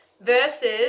Versus